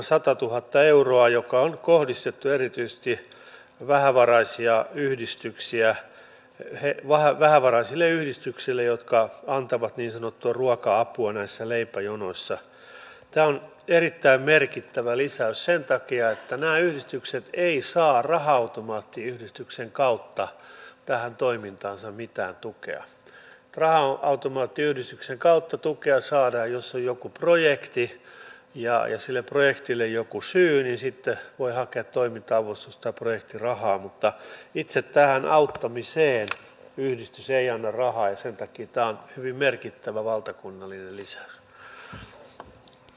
näen että tässä on edustaja harakalla ihan aiheellinen huoli mutta toisaalta jos pitää positiivisia asioita hakea niin työvoiman tarveharkintaahan ei kokonaan poisteta mutta siinä hallitusohjelmassa linjattiin hyvin että tällaisilla aloilla kuin esimerkiksi peliala helpotetaan myös näitten erityisosaajien rekrytointia ulkomailta koska tosiasia on se että vaikka nämä yritykset kuinka ovat isänmaallisia haluaisivat palkata suomesta osaavia ihmisiä niin ei täältä yksinkertaisesti maailmanosaajia riitä lukumäärällisesti riittävästi joten joutuu sitten palkkaamaan muualta ja tätä kyllä hallitus helpottaa